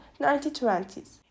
1920s